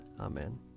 amen